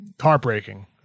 heartbreaking